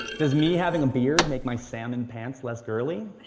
does me having a beard make my salmon pants less girly?